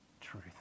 truth